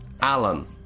Alan